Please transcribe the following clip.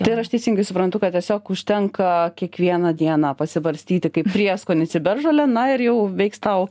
tai ar aš teisingai suprantu kad tiesiog užtenka kiekvieną dieną pasibarstyti kaip prieskonį ciberžolę na ir jau veiks tau